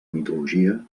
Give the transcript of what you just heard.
mitologia